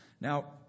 Now